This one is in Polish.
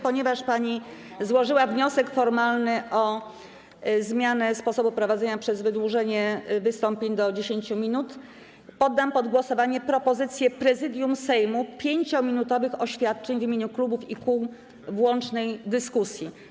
Ponieważ pani złożyła wniosek formalny o zmianę sposobu prowadzenia obrad przez wydłużenie wystąpień do 10 minut, poddam pod głosowanie propozycję Prezydium Sejmu 5-minutowych oświadczeń w imieniu klubów i kół w łącznej dyskusji.